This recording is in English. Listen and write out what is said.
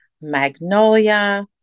magnolia